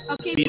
Okay